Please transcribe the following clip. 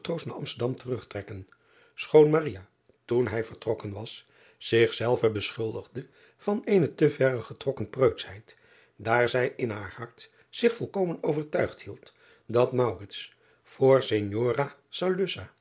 naar msterdam terug trekken schoon toen hij vertrokken was zichzelve beschuldigde van eene te verre getrokken preutschheid daar zij in haar hart zich volkomen driaan oosjes zn et leven van aurits ijnslager overtuigd hield dat voor